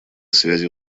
связи